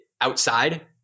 outside